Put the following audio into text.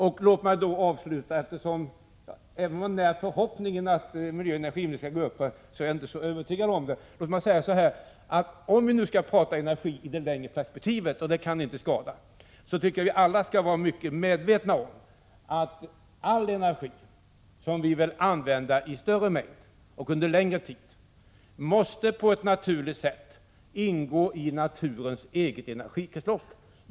Även om jag inte är övertygad om att energiministern skall gå upp i debatten, så låt mig ändå säga så här: Om vi skall prata energi i det längre perspektivet — och det kan inte skada — tycker jag att vi alla skall vara mycket medvetna om att all energi som vi vill använda i större mängd och under längre tid måste på ett naturligt sätt ingå i naturens eget energikretslopp.